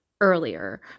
earlier